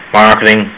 marketing